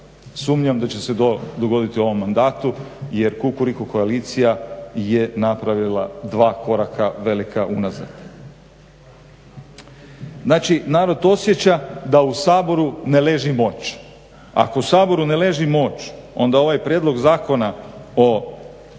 Sumnjam da će se to dogoditi u ovom mandatu, jer Kukuriku koalicija je napravila dva koraka velika unazad. Znači narod osjeća da u Saboru ne leži moć. Ako u Saboru ne leži moć, onda ovaj prijedlog zakona o